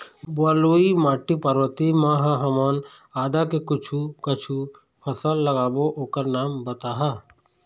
बलुई माटी पर्वतीय म ह हमन आदा के कुछू कछु फसल लगाबो ओकर नाम बताहा?